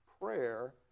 prayer